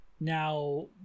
now